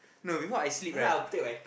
no before I sleep right